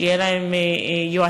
שיהיו להם יועצים,